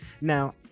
Now